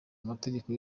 amategeko